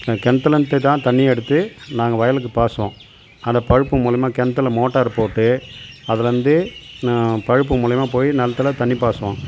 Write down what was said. கிணத்துலந்து தான் தண்ணி எடுத்து நாங்கள் வயலுக்கு பாய்சுவோம் அந்த பைப்பு மூலையமாக கிணத்துல மோட்டார் போட்டு அதுலந்து நான் பைப்பு மூலையமாக போய் நிலத்துல தண்ணி பாய்சுவோம்